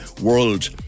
world